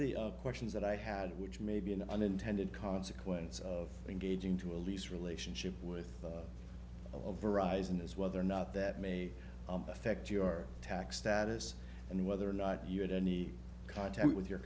the questions that i had which may be an unintended consequence of engaging to a lease relationship with over rising is whether or not that may affect your tax status and whether or not you had any contact with your